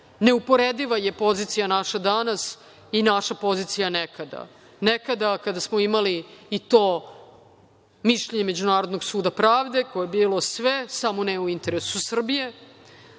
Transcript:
listom. Neuporediva je naša pozicija danas i naša pozicija nekada. Nekada kada smo imali i to mišljenje Međunarodnog suda pravde, koje je bilo sve, samo ne u interesu Srbije,